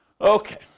Okay